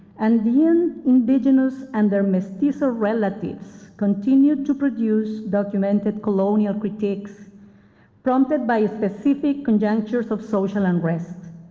and then indigenous and their mestizo relatives continue to produce documented colonial critiques prompted by pacific conjunctures of social unrest.